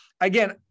Again